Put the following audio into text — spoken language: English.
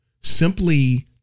simply